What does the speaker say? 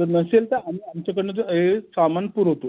जर नसेल तर आम्ही आमच्याकडून ते हे सामान पुरवतो